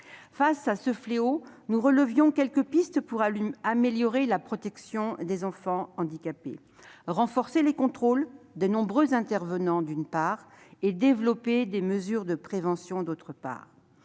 Face à ces fléaux, nous proposions quelques pistes pour améliorer la protection des enfants handicapés : renforcer les contrôles des nombreux intervenants, d'une part, développer les mesures de prévention, d'autre part.